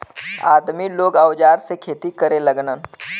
आदमी लोग औजार से खेती करे लगलन